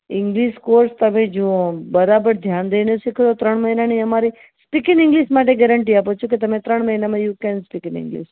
English course તમે જુઓ બરાબર ધ્યાન દઈને શીખો ત્રણ મહિનાની અમારી સ્પીક ઈન ઇંગ્લિશ માટે ગેરેન્ટી આપું છું કે તમે ત્રણ મહિનામાં you can speak in English